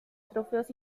trofeos